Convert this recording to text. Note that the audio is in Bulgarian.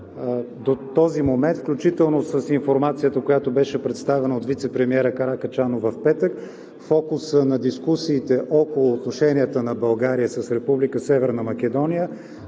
До този момент, включително с информацията, която беше представена от вицепремиера Каракачанов в петък, фокусът на дискусиите около отношенията на България с Република